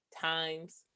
times